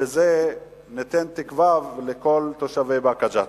ובזה ניתן תקווה לכל תושבי באקה ג'ת.